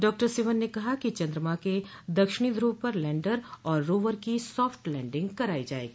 doctor Sivan ने कहा कि चंद्रमा के दक्षिणी ध्रुव पर लैंडर और रोवर की सॉफ्ट लैंडिंग कराई जायेगी